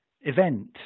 event